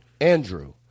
Andrew